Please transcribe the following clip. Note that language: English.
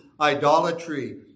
idolatry